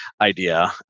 idea